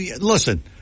listen